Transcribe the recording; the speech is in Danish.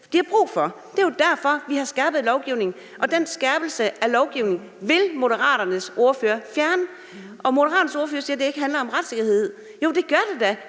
de har brug for. Det er jo derfor, vi har skærpet lovgivningen, og den skærpelse af lovgivningen vil Moderaternes ordfører fjerne. Moderaternes ordfører siger, at det ikke handler om retssikkerheden. Jo, det gør det da.